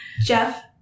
Jeff